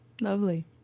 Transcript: Lovely